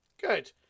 Good